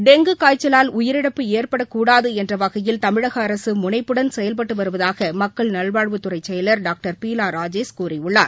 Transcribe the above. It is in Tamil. டெங்கு காய்ச்சலால் உயிரிழப்பு ஏற்படக்கூடாது என்ற வகையில் தமிழக அரசு முனைப்புடன் செயல்பட்டு வருவதாக மக்கள் நல்வாழ்வுத்துறை செயலர் டாக்டர் பீலா ராஜேஷ் கூறியுள்ளார்